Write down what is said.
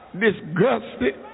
disgusted